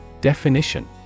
Definition